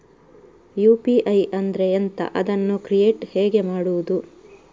UPI ಅಂದ್ರೆ ಎಂಥ? ಅದನ್ನು ಕ್ರಿಯೇಟ್ ಹೇಗೆ ಮಾಡುವುದು?